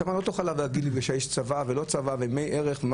שם אתה לא יכול להגיד יש צבא ולא צבא ומה צריך,